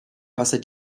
wasser